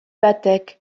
batek